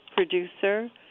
Producer